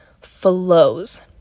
flows